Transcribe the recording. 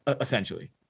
essentially